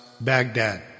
Baghdad